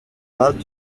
pas